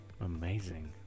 Amazing